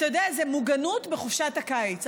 אתה יודע, זו מוגנות בחופשת הקיץ.